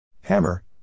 Hammer